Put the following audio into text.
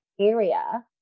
area